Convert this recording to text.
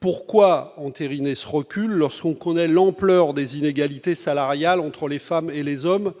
Pourquoi entériner ce recul, lorsque l'on connaît l'ampleur des inégalités salariales entre les femmes et les hommes